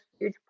huge